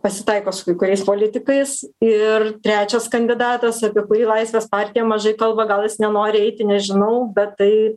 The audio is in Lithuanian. pasitaiko su kai kuriais politikais ir trečias kandidatas apie kurį laisvės partija mažai kalba gal jis nenori eiti nežinau bet tai